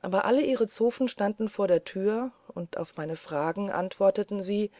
aber alle ihre zofen standen vor der türe und auf meine fragen antworteten sie